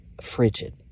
frigid